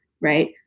right